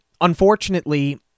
unfortunately